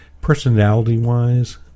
personality-wise